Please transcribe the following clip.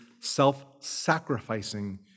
self-sacrificing